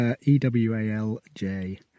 E-W-A-L-J